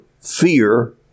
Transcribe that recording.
fear